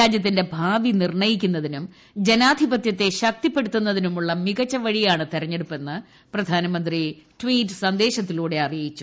രാജ്യത്തിന്റെ ഭാവി നിർണയിക്കുന്നതിനും ജനാധിപത്യത്തെ ശക്തിപ്പെടുത്തുന്നുതിനുമുള്ള മികച്ച വഴിയാണ് തെരഞ്ഞെടുപ്പെന്ന് പ്രധാനമന്ത്രിക്ട്രിറ്റ് സന്ദേശത്തിലൂടെ അറിയിച്ചു